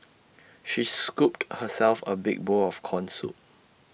she scooped herself A big bowl of Corn Soup